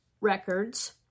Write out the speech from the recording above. records